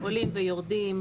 עולים ויורדים,